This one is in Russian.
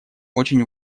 очень